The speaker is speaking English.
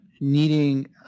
needing